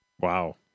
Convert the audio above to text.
Wow